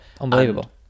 Unbelievable